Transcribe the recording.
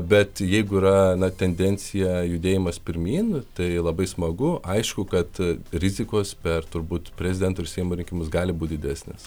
bet jeigu yra tendencija judėjimas pirmyn tai labai smagu aišku kad rizikos per turbūt prezidento seimo rinkimus gali būti didesnės